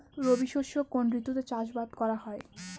রবি শস্য কোন ঋতুতে চাষাবাদ করা হয়?